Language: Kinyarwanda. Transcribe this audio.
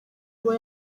kuba